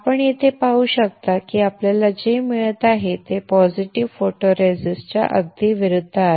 आपण येथे पाहू शकता की आपल्याला जे मिळत आहे ते पॉझिटिव्ह फोटोरेसिस्टच्या अगदी विरुद्ध आहे